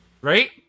Right